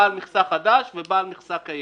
בעל מכסה חדש ובעל מכסה קיימת.